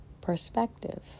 perspective